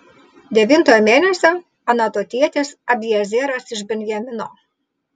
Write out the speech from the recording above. devintojo mėnesio anatotietis abiezeras iš benjamino